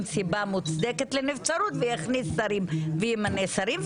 סיבה מוצדקת לנבצרות ויכניס שרים וימנה שרים.